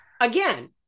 Again